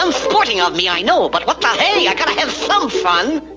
um sweating on me, i know, but you're gonna have some fun